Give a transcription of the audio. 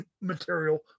material